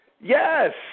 Yes